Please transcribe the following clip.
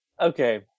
okay